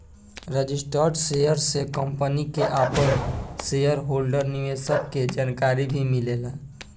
registered share से company के आपन शेयर होल्डर निवेशक के जानकारी भी मिलेला